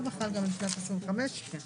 חבל שפרופ' קרייס לא כאן.